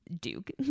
Duke